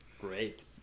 Great